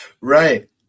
right